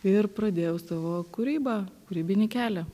ir pradėjau savo kūrybą kūrybinį kelią